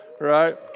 Right